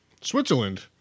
Switzerland